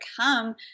come